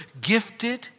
gifted